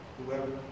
Whoever